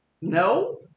no